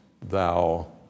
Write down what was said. thou